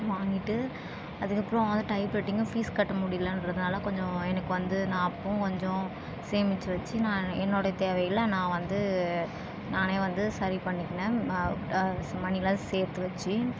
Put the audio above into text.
வாங்கிட்டு அதுக்கு அப்பறம் அது டைப்ரைட்டிங்கும் ஃபீஸ் கட்ட முடியலைன்றதுனால கொஞ்சம் எனக்கு வந்து நான் அப்பவும் கொஞ்சம் சேமித்து வச்சு நான் எ என்னோடைய தேவைகளை நான் வந்து நானே வந்து சரி பண்ணிக்கினேன் ம மனிலாம் சேர்த்து வச்சு